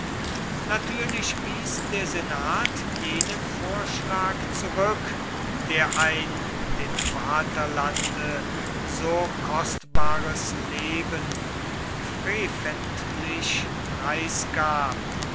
natürlich wies der senat jenen vorschlag zurück der ein dem vaterlande so kostbares leben freventlich preisgab